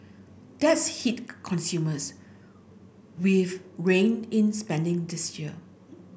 that's hit consumers we've reined in spending this year